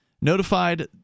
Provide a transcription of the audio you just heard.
notified